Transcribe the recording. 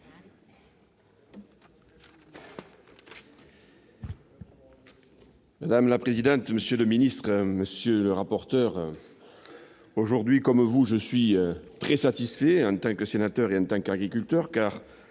Madame la présidente, monsieur le ministre, monsieur le rapporteur, aujourd'hui, je suis très satisfait, en tant que sénateur et en tant qu'agriculteur.